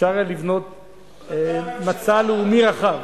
אפשר היה לבנות מצע לאומי רחב,